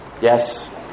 Yes